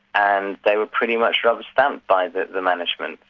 and they were pretty much rubber-stamped by the the management.